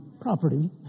property